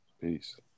peace